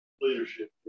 leadership